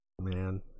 Man